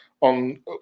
on